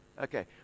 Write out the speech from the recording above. Okay